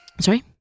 Sorry